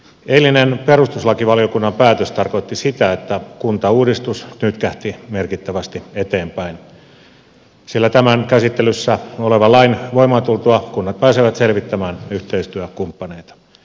eilinen perustuslakivaliokunnan päätös tarkoitti sitä että kuntauudistus nytkähti merkittävästi eteenpäin sillä tämän käsittelyssä olevan lain voimaan tultua kunnat pääsevät selvittämään yhteistyökumppaneita